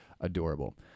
Adorable